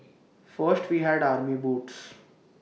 first we had army boots